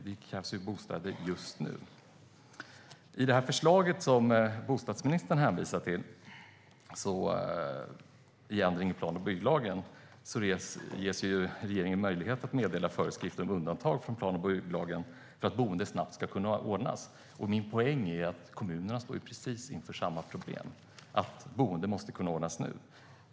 Det krävs nämligen bostäder just nu. I förslaget om ändring av plan och bygglagen som bostadsministern hänvisade till ges regeringen möjlighet att meddela föreskrifter om undantag från plan och bygglagen för att boende snabbt ska kunna ordnas. Min poäng är att kommunerna står inför precis samma problem, att de måste kunna ordna boende nu.